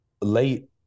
late